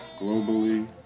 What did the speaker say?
globally